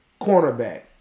Cornerback